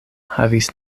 havis